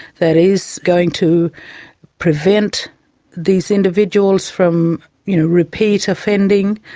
that is going to prevent these individuals from repeat offending.